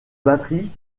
batterie